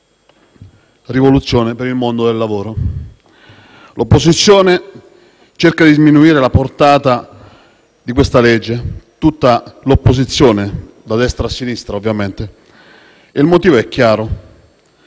rivoluzione per il mondo del lavoro. L'opposizione cerca di sminuire la portata di questa legge, tutta l'opposizione, da destra a sinistra ovviamente. Il motivo è chiaro: